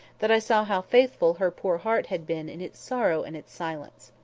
that i saw how faithful her poor heart had been in its sorrow and its silence.